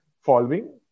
following